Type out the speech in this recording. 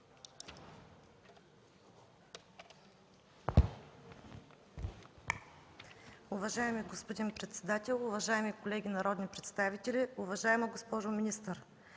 Ви, господин председател. Уважаеми колеги народни представители, уважаеми господин министър!